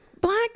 black